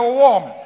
warm